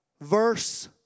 Verse